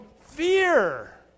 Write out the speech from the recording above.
fear